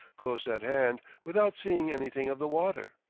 close at hand, without seeing anything of the water.